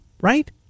right